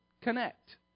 connect